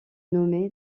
nommé